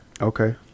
Okay